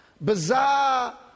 Bizarre